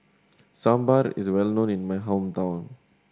sambar is well known in my hometown